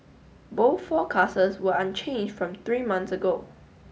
both forecasts were unchanged from three months ago